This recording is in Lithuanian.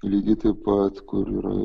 lygiai taip pat kur yra